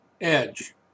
edge